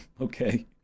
okay